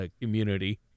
community